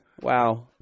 wow